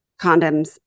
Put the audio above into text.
condoms